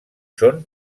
són